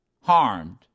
harmed